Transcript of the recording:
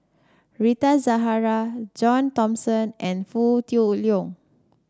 Rita Zahara John Thomson and Foo Tui Liew